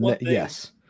yes